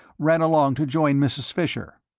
ran along to join mrs. fisher.